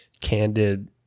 candid